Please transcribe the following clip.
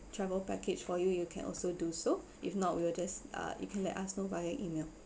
travel package for you you can also do so if not we will just uh you can let us know via email